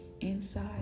inside